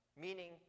meaning